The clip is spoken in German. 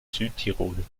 südtirol